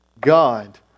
God